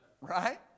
Right